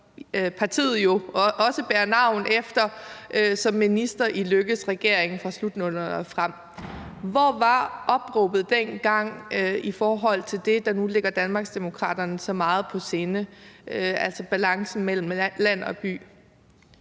nye parti jo har fået navn efter, som minister i Lars Løkke Rasmussens regering fra slut-00'erne og frem. Hvor var opråbet dengang i forhold til det, der nu ligger Danmarksdemokraterne så meget på sinde, altså balancen mellem land og by?